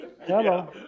Hello